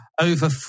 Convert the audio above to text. over